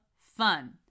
fun